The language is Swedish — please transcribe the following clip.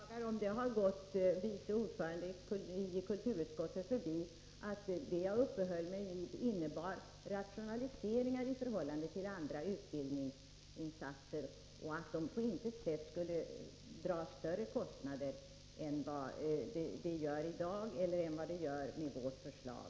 Herr talman! Jag beklagar, om det gått vice ordföranden i kulturutskottet förbi, att det jag uppehöll mig vid innebär rationaliseringar i förhållande till andra utbildningsinsatser och att kostnaderna enligt vårt förslag inte blir större än de är i dag.